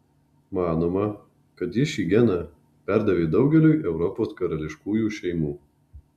manoma kad ji šį geną perdavė daugeliui europos karališkųjų šeimų